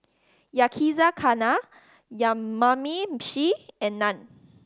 Yakizakana Yamameshi and Naan